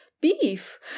beef